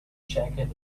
jacket